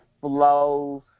flows